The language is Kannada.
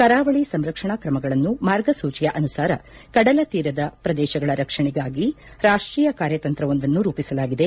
ಕರಾವಳಿ ಸಂರಕ್ಷಣಾ ಕ್ರಮಗಳನ್ನು ಮಾರ್ಗಸೂಚಿಯ ಅನುಸಾರ ಕಡಲ ತೀರ ಪ್ರದೇಶಗಳ ರಕ್ಷಣೆಗಾಗಿ ರಾಷ್ಟೀಯ ಕಾರ್ಯತಂತ್ರವೊಂದನ್ನು ರೂಪಿಸಲಾಗಿದೆ